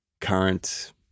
current